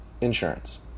insurance